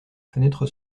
fenêtre